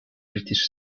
british